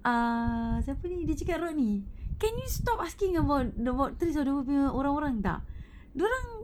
err siapa ni dia cakap rodney can you stop asking about the about trace dia punya orang orang tak dia orang